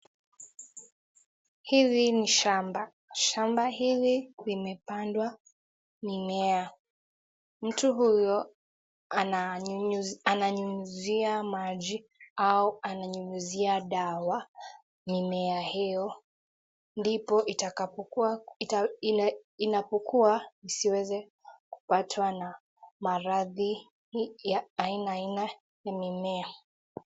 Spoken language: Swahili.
Hili ni shamba, shamba hili limepandwa mimea, mtu huyo ananyunyuzia maji, au ananyunyuzia dawa mimea hio, ndipo inapokuwa isiweze kupatwa na maradhi ya aina aina ni mimea.